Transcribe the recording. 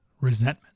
resentment